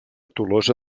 tolosa